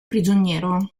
prigioniero